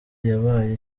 yabaye